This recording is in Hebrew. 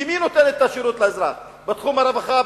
כי מי נותן את השירות לאזרח בתחום הרווחה,